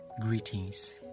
greetings